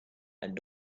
and